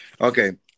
Okay